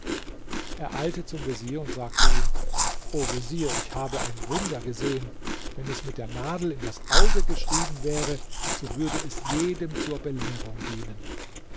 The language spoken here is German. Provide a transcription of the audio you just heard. er eilte zum vezier und sagte ihm o vezier ich habe ein wunder gesehen wenn es mit der nadel in das auge geschrieben wäre so würde es jedem zur belehrung dienen